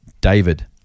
David